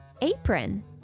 Apron